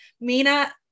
Mina